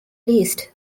least